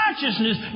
consciousness